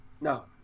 No